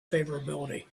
favorability